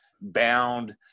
bound